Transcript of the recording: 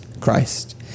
Christ